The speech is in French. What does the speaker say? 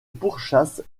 pourchasse